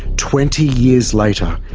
twenty years later,